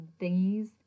thingies